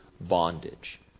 bondage